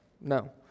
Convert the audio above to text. No